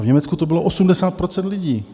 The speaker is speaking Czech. V Německu to bylo 80 % lidí!